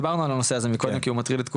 דיברנו על הנושא הזה, כי הוא מטריד את כולנו.